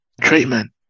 treatment